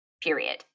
period